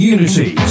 Unity